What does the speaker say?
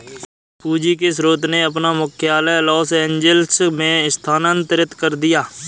पूंजी के स्रोत ने अपना मुख्यालय लॉस एंजिल्स में स्थानांतरित कर दिया